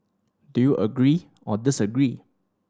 do you agree or disagree